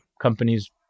companies